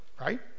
right